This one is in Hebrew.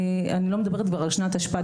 אני לא מדברת כבר על שנת תשפ"ד,